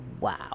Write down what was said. wow